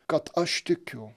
kad aš tikiu